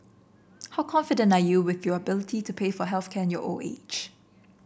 how confident are you with your ability to pay for health care in your old age